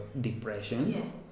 Depression